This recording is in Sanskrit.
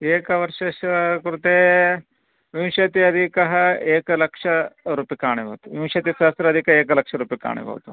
एकवर्षस्य कृते विंशत्यधिकम् एकलक्षरूप्यकाणि भवन्ति विंशतिसहस्राधिकम् एकलक्षरूप्यकाणि भवन्ति